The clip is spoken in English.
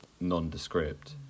nondescript